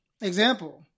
example